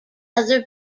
other